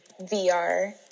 VR